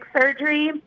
surgery